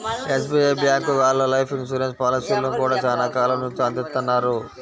SBI bank వాళ్ళు life insurance పాలసీలను గూడా చానా కాలం నుంచే అందిత్తన్నారు